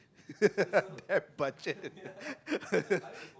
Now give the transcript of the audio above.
damn budget